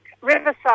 Riverside